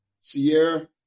Sierra